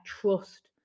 trust